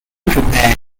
prepared